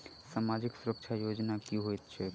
सामाजिक सुरक्षा योजना की होइत छैक?